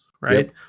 Right